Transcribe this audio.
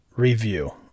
review